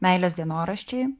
meilės dienoraščiai